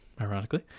ironically